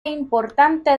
importante